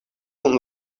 kun